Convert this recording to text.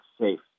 safe